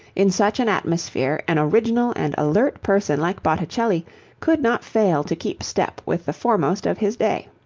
in such an atmosphere an original and alert person like botticelli could not fail to keep step with the foremost of his day.